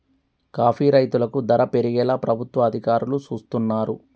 coffee రైతులకు ధర పెరిగేలా ప్రభుత్వ అధికారులు సూస్తున్నారు